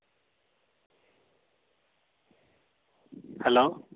hello